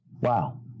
Wow